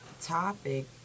topic